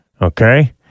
okay